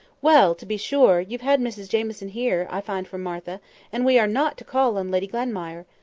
well! to be sure! you've had mrs jamieson here, i find from martha and we are not to call on lady glenmire.